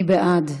מי בעד?